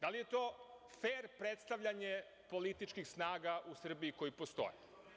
Da li je to fer predstavljanje političkih snaga u Srbiji koje postoje?